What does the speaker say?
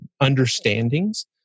understandings